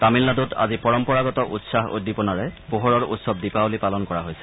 তামিলনাডুত আজি পৰম্পৰাগত উৎসাহ উদ্দীপনাৰে পোহৰৰ উৎসৱ দীপাৱলী পালন কৰা হৈছে